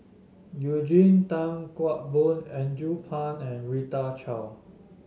Eugene Tan Kheng Boon Andrew Phang and Rita Chao